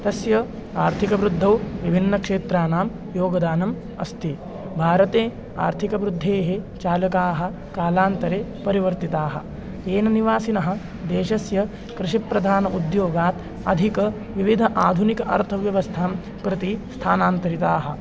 तस्य आर्थिकवृद्धौ विभिन्नक्षेत्राणां योगदानम् अस्ति भारते आर्थिकवृद्धेः चालकाः कालान्तरे परिवर्तिताः येन निवासिनः देशस्य कृषिप्रधान उद्योगात् अधिकविविध आधुनिक अर्थव्यवस्थां प्रति स्थानान्तरिताः